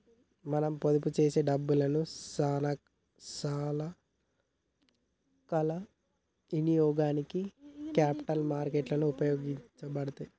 మనం పొదుపు చేసే డబ్బులను సానా కాల ఇనియోగానికి క్యాపిటల్ మార్కెట్ లు ఉపయోగపడతాయి